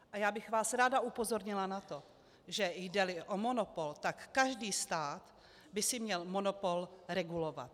A já bych vás ráda upozornila na to, že jdeli o monopol, tak každý stát by si měl monopol regulovat.